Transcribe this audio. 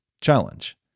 challenge